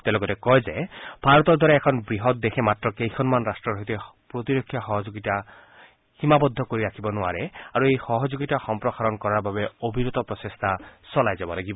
তেওঁ লগতে কয় যে ভাৰতৰ দৰে এখন বৃহৎ দেশে মাত্ৰ কেইখনমান ৰাট্টৰ সৈতে প্ৰতিৰক্ষা সহযোগিতা সীমাবদ্ধ কৰি ৰাখিব নোৱাৰে আৰু এই সহযোগিতা সম্প্ৰসাৰণ কৰাৰ বাবে অবিৰত প্ৰচেষ্টা চলাই যাব লাগিব